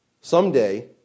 Someday